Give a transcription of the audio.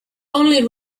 only